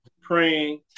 praying